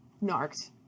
narked